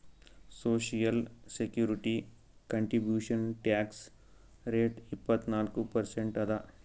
social security contribution tax rate ಇಪ್ಪತ್ನಾಲ್ಕು percent ಅದ